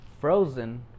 Frozen